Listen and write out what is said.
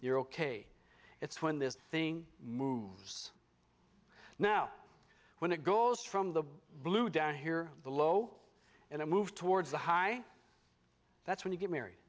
you're ok it's when this thing moves now when it goes from the blue down here the low in a move towards the high that's when you get married